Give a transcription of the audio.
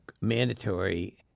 mandatory